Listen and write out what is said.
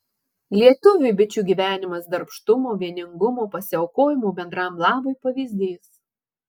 lietuviui bičių gyvenimas darbštumo vieningumo pasiaukojimo bendram labui pavyzdys